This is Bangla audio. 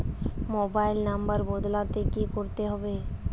মোবাইল নম্বর বদলাতে গেলে কি করতে হবে?